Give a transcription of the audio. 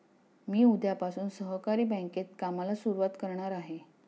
मी उद्यापासून सहकारी बँकेत कामाला सुरुवात करणार आहे